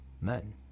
men